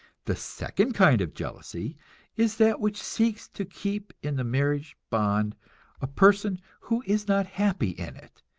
the second kind of jealousy is that which seeks to keep in the marriage bond a person who is not happy in it